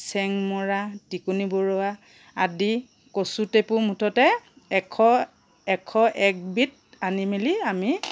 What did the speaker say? চেংমৰা টিকনী বৰুৱা আদি কচুটেপু মুঠতে এশ এশ একবিধ আনি মেলি আমি